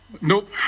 Nope